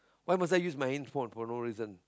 why must I use my handphone for no reason